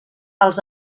els